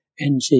NG